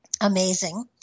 amazing